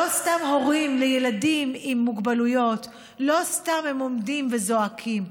לא סתם הורים לילדים עם מוגבלויות עומדים וזועקים.